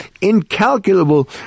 incalculable